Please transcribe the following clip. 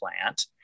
plant